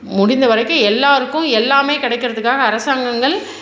முடிந்த வரைக்கும் எல்லாருக்கும் எல்லாம் கிடைக்கிறத்துக்காக அரசாங்கங்கள்